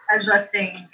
adjusting